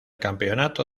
campeonato